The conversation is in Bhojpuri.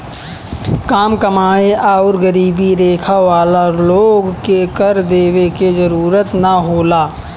काम कमाएं आउर गरीबी रेखा वाला लोग के कर देवे के जरूरत ना होला